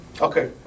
Okay